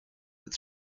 its